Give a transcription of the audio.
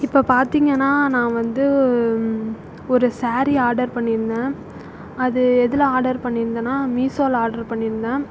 இப்போ பார்த்திங்கனா நான் வந்து ஒரு சாரி ஆடர் பண்ணிருந்தேன் அது எதில் ஆடர் பண்ணியிருந்தனா மீஸோவில் ஆடர் பண்ணியிருந்தேன்